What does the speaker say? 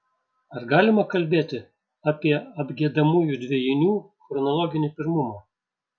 ar galima kalbėti apie apgiedamųjų dvejinių chronologinį pirmumą